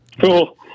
cool